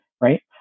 right